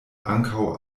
ankaŭ